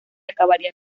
acabaría